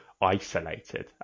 isolated